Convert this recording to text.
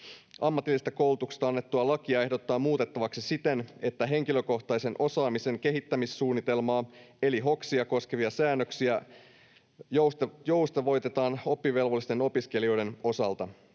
ammatillisesta koulutuksesta annettua lakia ehdotetaan muutettavaksi siten, että henkilökohtaisen osaamisen kehittämissuunnitelmaa eli hoksia koskevia säännöksiä joustavoitetaan oppivelvollisten opiskelijoiden osalta.